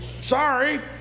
Sorry